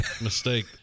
mistake